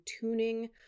tuning